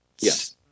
Yes